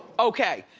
okay,